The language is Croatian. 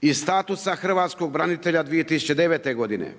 i statusa hrvatska branitelja 2009. godine,